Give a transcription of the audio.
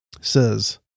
says